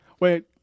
Wait